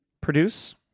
produce